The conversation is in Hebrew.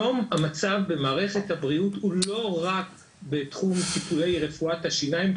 היום המצב במערכת הבריאות הוא לא רק בתחום טיפולי רפואת השיניים.